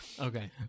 Okay